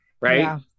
right